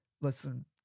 Listen